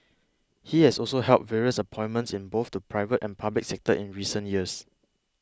he has also held various appointments in both the private and public sectors in recent years